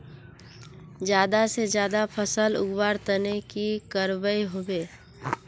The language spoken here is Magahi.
ज्यादा से ज्यादा फसल उगवार तने की की करबय होबे?